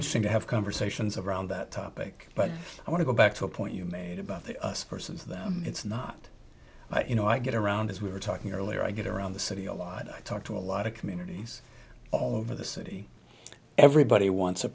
interesting to have conversations around that topic but i want to go back to a point you made about the us versus them it's not you know i get around as we were talking earlier i get around the city a lot i talk to a lot of communities all over the city everybody wants